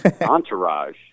Entourage